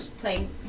playing